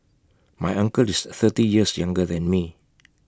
my uncle is thirty years younger than me